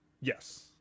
yes